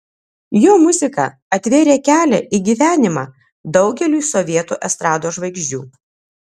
jo muzika atvėrė kelią į gyvenimą daugeliui sovietų estrados žvaigždžių